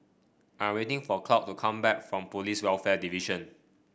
I'm waiting for Claud to come back from Police Welfare Division